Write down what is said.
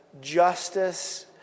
justice